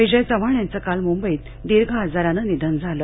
विजय चव्हाण यांच काल मुंबईत दीर्घ आजारानं निधन झालं